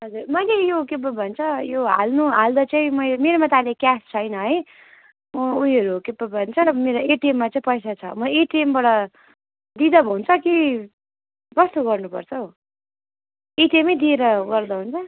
हजुर मैले यो के पो भन्छ यो हाल्नु हाल्दा चाहिँ मैले मेरोमा त अहिले क्यास छैन है ऊ योहरू के पो भन्छ मेरो एटिएममा चाहिँ पैसा छ म एटिएमबाट दिँदा हुन्छ कि कस्तो गर्नुपर्छ हो एटिएमै दिएर गर्दा हुन्छ